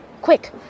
Quick